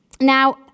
now